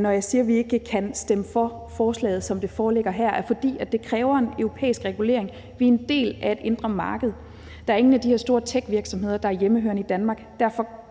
Når jeg siger, vi ikke kan stemme for forslaget, som det foreligger her, er det, fordi det kræver en europæisk regulering. Vi er en del af et indre marked. Der er ingen af de her store techvirksomheder, der er hjemmehørende i Danmark. Derfor